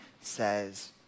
says